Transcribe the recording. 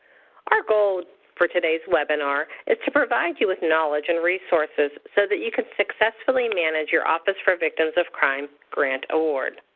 our goal for today's webinar is to provide you with knowledge and resources so that you could successfully manage your office for victims of crime grant award.